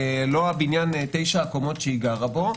לא בבניין תשע הקומות שבו היא גרה,